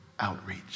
outreach